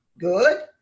good